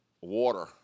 water